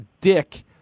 dick